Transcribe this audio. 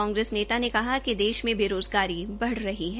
कांग्रेस नेता ने कहा कि देश मे बेरोज़गारी बढ़ रही है